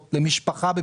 להצטלב.